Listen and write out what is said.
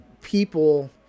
people